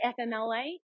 FMLA